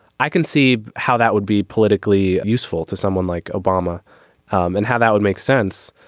i can see how that would be politically useful to someone like obama and how that would make sense.